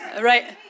Right